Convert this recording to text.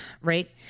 right